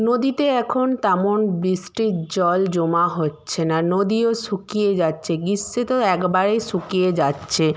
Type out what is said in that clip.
নদীতে এখন তেমন বৃষ্টির জল জমা হচ্ছে না নদীও শুকিয়ে যাচ্ছে গীষ্মে তো একবারেই শুকিয়ে যাচ্ছে